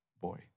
boy